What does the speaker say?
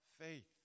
faith